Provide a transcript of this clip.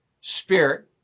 spirit